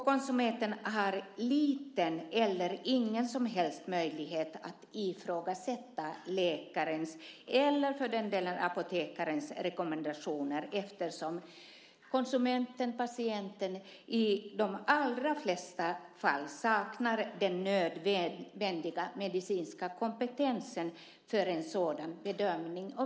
Konsumenten har liten eller ingen som helst möjlighet att ifrågasätta läkarens eller för den delen apotekarens rekommendationer, eftersom konsumenten, patienten, i de allra flesta fall saknar den nödvändiga medicinska kompetensen för en sådan bedömning.